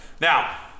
Now